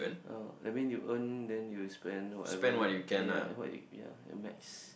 oh that mean you earn then you spend whatever ya what you ya your max